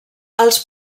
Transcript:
els